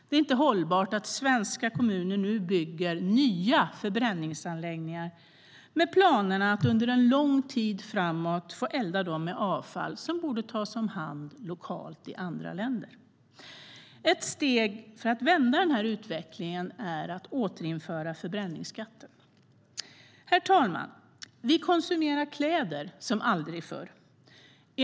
Det är inte hållbart att svenska kommuner bygger nya förbränningsanläggningar med planer att under lång tid framåt få elda dem med avfall som borde tas om hand lokalt i andra länder. Ett steg för att vända denna utveckling är att återinföra förbränningsskatten. Herr talman! Vi konsumerar kläder som aldrig förr.